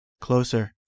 Closer